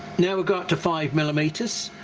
now we'll go up to five millimeters,